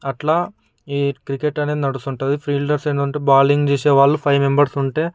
అట్లా ఈ క్రికెట్ అనేది నడుస్తుంటుంది ఫీల్డర్స్ ఏంటంటే బాలింగ్ చేసేవాళ్లు ఫైవ్ మెంబెర్స్ ఉంటే ఇంకొకరు